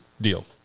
deal